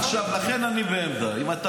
במדינה מתוקנת היה תכנון, היו מקיימים את החוק.